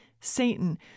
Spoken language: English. Satan